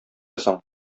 соң